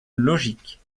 logique